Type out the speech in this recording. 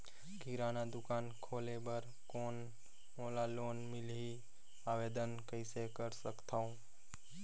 किराना दुकान खोले बर कौन मोला लोन मिलही? आवेदन कइसे कर सकथव?